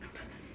I'm not